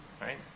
Right